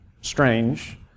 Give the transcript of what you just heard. strange